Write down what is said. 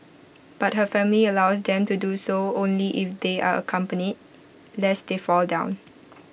but her family allows them to do so only if they are accompanied lest they fall down